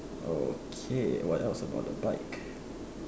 okay what else about the bike